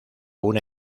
una